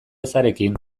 ezarekin